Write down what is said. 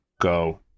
go